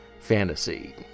fantasy